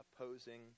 opposing